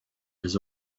his